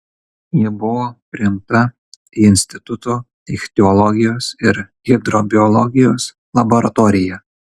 ji buvo priimta į instituto ichtiologijos ir hidrobiologijos laboratoriją